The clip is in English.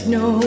no